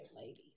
ladies